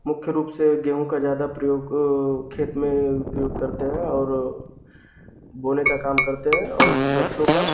मुख्य रूप से गेहूँ का ज़्यादा प्रयोग खेत में उपयोग करते हैं और बोने का काम करते हैं और सरसों का